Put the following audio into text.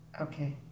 Okay